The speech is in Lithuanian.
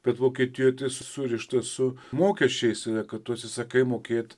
bet vokietijoj surišta su mokesčiais kad tu atsisakai mokėt